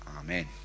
Amen